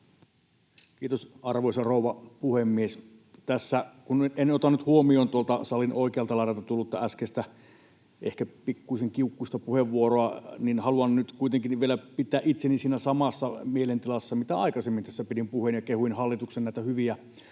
Kiitos, arvoisa rouva puhemies! Kun en ota nyt huomioon tuolta salin oikealta laidalta tullutta äskeistä ehkä pikkuisen kiukkuista puheenvuoroa, haluan nyt kuitenkin vielä pitää itseni siinä samassa mielentilassa kuin aikaisemmin, kun puhuin ja kehuin hallituksen näitä hyviä